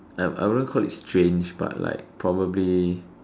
I I wouldn't call it strange but like probably